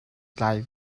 tlai